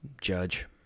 Judge